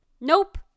Nope